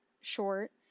short